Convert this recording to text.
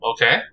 Okay